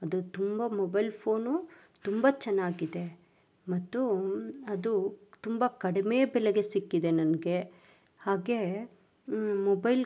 ಅದು ತುಂಬ mobile phone ತುಂಬ ಚೆನ್ನಾಗಿದೆ ಮತ್ತು ಅದು ತುಂಬ ಕಡಿಮೆ ಬೆಲೆಗೆ ಸಿಕ್ಕಿದೆ ನನಗೆ ಹಾಗೇ ಮೊಬೈಲ್